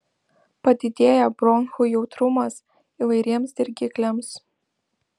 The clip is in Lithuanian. padidėja bronchų jautrumas įvairiems dirgikliams